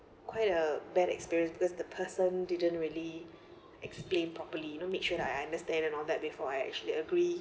quite a bad experience because the person didn't really explain properly you know make sure I understand and all that before I actually agree